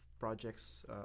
projects